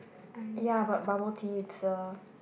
ya but bubble tea it's a